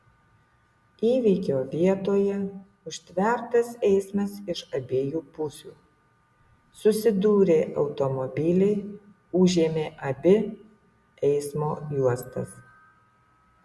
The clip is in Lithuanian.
įvykio vietoje užtvertas eismas iš abiejų pusių susidūrė automobiliai užėmė abi eismo juostas